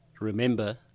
remember